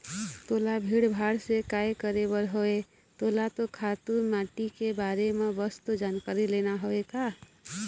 तोला भीड़ भाड़ से काय करे बर हवय तोला तो खातू माटी के बारे म बस तो जानकारी लेना हवय का